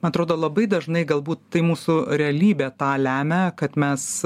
atrodo labai dažnai galbūt tai mūsų realybė tą lemia kad mes